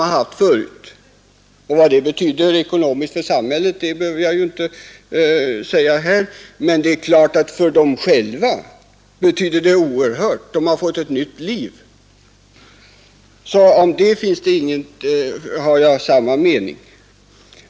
Vad en sådan omvändelse kan betyda och har betytt för samhället behöver jag här inte särskilt poängtera, För vederbörande själva har den betytt oerhört mycket; de har ju fått ett helt nytt liv! I det fallet har jag sålunda samma uppfattning som herr Åkerlind.